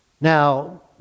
Now